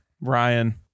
Ryan